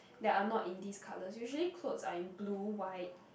that are not in these colours usually clothes are in blue white